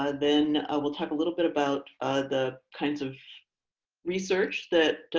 ah then ah we'll talk a little bit about the kinds of research that.